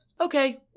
okay